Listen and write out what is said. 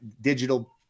digital